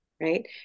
right